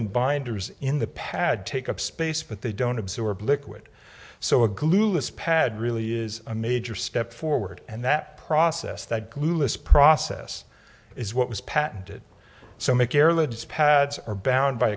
and binders in the pad take up space but they don't absorb liquid so a glue this pad really is a major step forward and that process that clueless process is what was patented so make airlifts pads are bound by